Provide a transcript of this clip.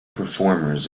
performers